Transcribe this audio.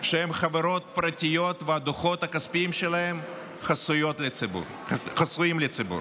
שהם חברות פרטיות והדוחות הכספיים שלהן חסויים לציבור.